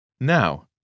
Now